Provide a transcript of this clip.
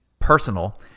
personal